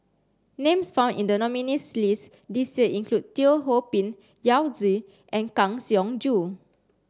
names found in the nominees' list this year include Teo Ho Pin Yao Zi and Kang Siong Joo